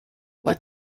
what